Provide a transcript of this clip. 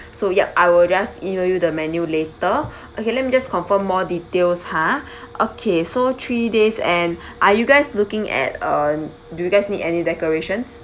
so ya I will just email you the menu later okay let me just confirm more details ha okay so three days and are you guys looking at uh do you guys need any decorations